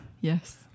Yes